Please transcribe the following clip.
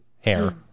Hair